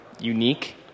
unique